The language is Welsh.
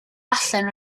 allan